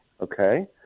okay